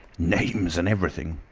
names and everything.